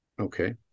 Okay